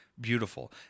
beautiful